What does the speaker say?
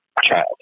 child